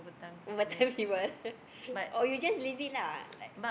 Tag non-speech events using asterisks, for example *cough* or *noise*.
over time he will *laughs* or you just leave it lah like